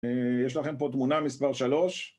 יש לכם פה תמונה מספר שלוש